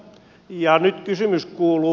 nyt kysymys kuuluu